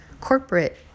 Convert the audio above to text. corporate